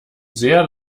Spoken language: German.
sehr